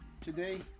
Today